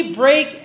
break